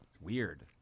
weird